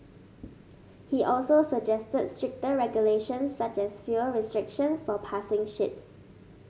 he also suggested stricter regulations such as fuel restrictions for passing ships